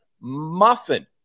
muffin